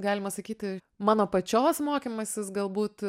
galima sakyti mano pačios mokymasis galbūt